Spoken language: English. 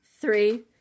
three